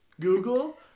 Google